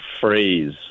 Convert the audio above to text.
phrase